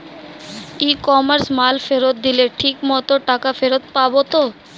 ই কমার্সে মাল ফেরত দিলে ঠিক মতো টাকা ফেরত পাব তো?